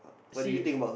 actually